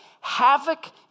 havoc